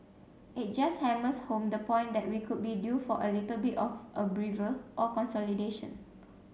it just hammers home the point that we could be due for a little bit of a breather or consolidation